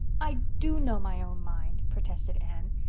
i do know my own mind, protested anne.